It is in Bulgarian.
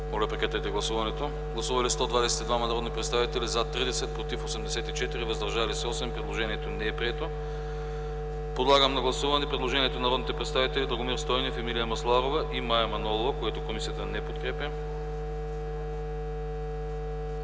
комисията не подкрепя. Гласували 122 народни представители: за 30, против 84, въздържали се 8. Предложението не е прието. Подлагам на гласуване предложението на народните представители Драгомир Стойнев, Емилия Масларова и Мая Манолова, което комисията не подкрепя.